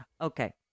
Okay